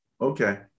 Okay